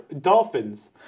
dolphins